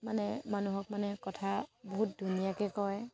মানে মানুহক মানে কথা বহুত ধুনীয়াকৈ কয়